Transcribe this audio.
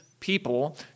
People